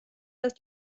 dass